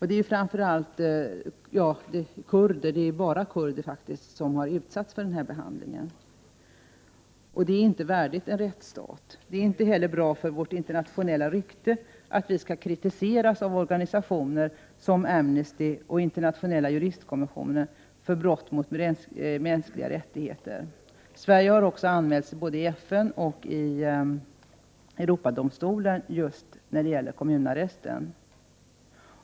Det är faktiskt bara kurder som har utsatts för detta — och det är inte värdigt en rättsstat. Det är inte heller bra för vårt internationella rykte att vi skall kritiseras av organisationer som Amnesty och Internationella jusristkommissionen för brott mot mänskliga rättigheter. Sverige har också anmälts både i FN och i Europadomstolen när det gäller kommunarresten.